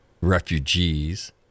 Refugees